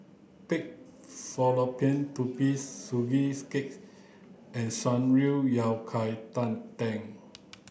Pig Fallopian Tubes Sugee cake and Shan Rui Yao Cai tang